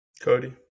Cody